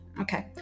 Okay